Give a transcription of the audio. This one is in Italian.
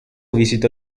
visitò